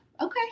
Okay